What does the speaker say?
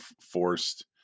forced